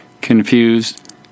confused